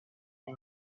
and